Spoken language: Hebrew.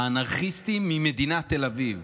האנרכיסטים ממדינת תל אביב,